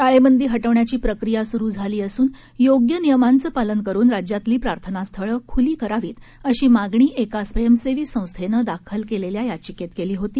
टाळेबंदी हटवण्याची प्रक्रिया स्रु झाली असून योग्य नियमांचं पालन करून राज्यातली प्रार्थनास्थळं खुली करावीत अशी मागणी एका स्वयंसेवी संस्थेनं दाखल याचिकेत केली होती